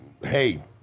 hey